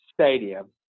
Stadium